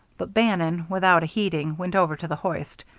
but bannon, without heeding, went over to the hoist.